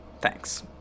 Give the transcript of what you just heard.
Thanks